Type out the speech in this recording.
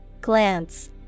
Glance